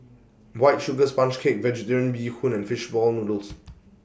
White Sugar Sponge Cake Vegetarian Bee Hoon and Fish Ball Noodles